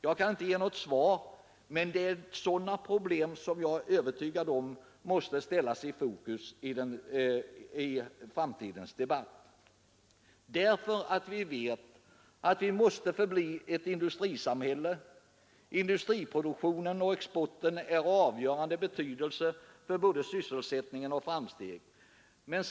Jag kan inte ge något svar, men jag är övertygad om att just sådana problem måste ställas i fokus i framtidens debatt. Vi vet att Sverige måste förbli ett industrisamhälle. Industriproduktionen och exporten har utslagsgivande betydelse för både sysselsättningen och möjligheten att göra framsteg.